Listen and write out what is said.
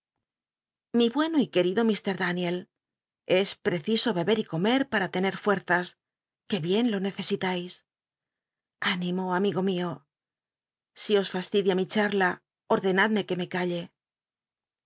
mi bueno y querido mr daniel es preciso beber y comer para tcnc fuerzas que bien jo nccesi tais an imo amigo mio si os fastidia mi charla ordena que me calle